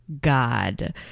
God